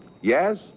Yes